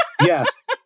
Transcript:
Yes